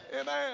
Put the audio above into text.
Amen